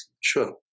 sure